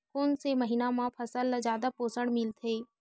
कोन से महीना म फसल ल जादा पोषण मिलथे?